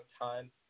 time